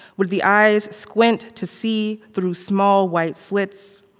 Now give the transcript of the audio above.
would the eyes squint to see through small white slits,